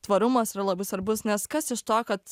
tvarumas yra labai svarbus nes kas iš to kad